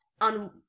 on